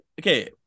Okay